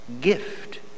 gift